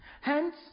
Hence